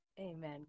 Amen